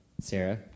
Sarah